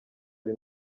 ari